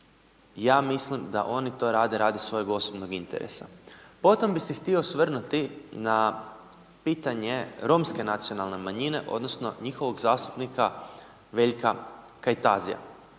ja mislim da oni to rade radi svojeg osobnog interesa. Potom bih se htio osvrnuti na pitanje romske nacionalne manjine, odnosno njihovog zastupnika Veljka Kajtazija.